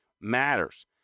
matters